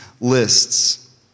lists